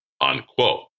Unquote